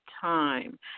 time